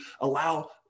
allow